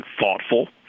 thoughtful